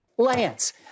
Lance